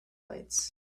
lights